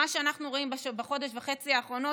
מה שאנחנו רואים בחודש וחצי האחרונים,